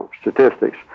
statistics